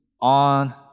on